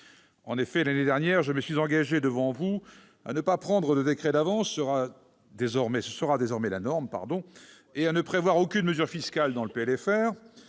En effet, l'année dernière, je me suis engagé devant vous à ne pas prendre de décret d'avances- ce sera désormais la norme -et à ne prévoir aucune mesure fiscale dans le